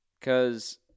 Cause